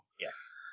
Yes